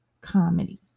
comedy